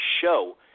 show